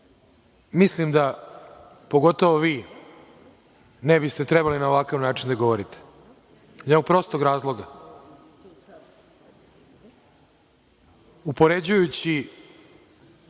Mislim da pogotovo vi ne biste trebali na ovakav način da govorite, iz jednog prostog razloga što upoređujući